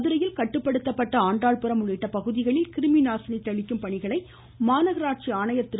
மதுரையில் கட்டுப்படுத்தப்பட்ட ஆண்டாள்புரம் உள்ளிட்ட பகுதிகளில் கிருமி நாசினி தெளிக்கும் பணிகளை மாநகராட்சி ஆணையர் திரு